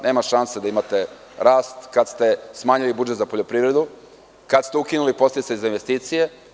Nema šanse da imate rast kada ste smanjili budžet za poljoprivredu, kada ste ukinuli posledice za investicije.